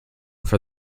for